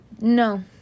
no